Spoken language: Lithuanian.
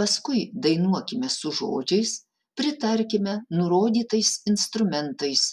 paskui dainuokime su žodžiais pritarkime nurodytais instrumentais